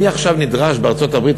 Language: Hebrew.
אני עכשיו נדרש בארצות-הברית,